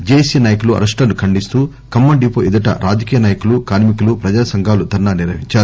JAC నాయకుల అరెస్టులను ఖండిస్తూ ఖమ్మం డిపో ఎదుట రాజకీయ నాయకులు కార్మికులు ప్రజా సంఘాలు ధర్నా నిర్వహించారు